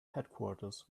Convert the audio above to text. headquarters